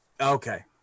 Okay